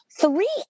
three